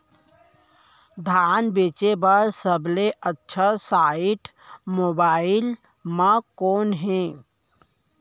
धान बेचे बर सबले अच्छा साइट मोबाइल म कोन हे?